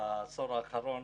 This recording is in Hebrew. לפחות בעשור האחרון,